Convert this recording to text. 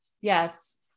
Yes